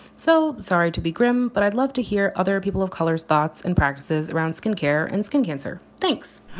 so sorry to be grim, but i'd love to hear other people of color's thoughts and practices around skin care and skin cancer. thanks